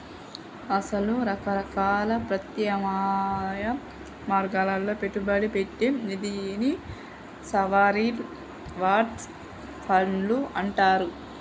అసలు రకరకాల ప్రత్యామ్నాయ మార్గాల్లో పెట్టుబడి పెట్టే నిధిని సావరిన్ వెల్డ్ ఫండ్లు అంటారు